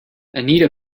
anita